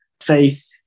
faith